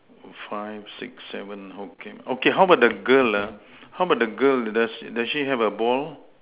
five six seven okay okay how about the girl ah how about the girl does does she have a ball